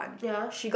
ya